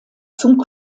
zum